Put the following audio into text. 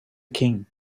king